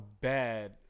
bad